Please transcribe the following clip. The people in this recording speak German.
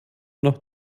noch